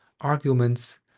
arguments